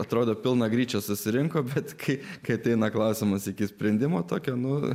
atrodo pilna gryčia susirinko bet kai kai ateina klausimas iki sprendimo tokio nu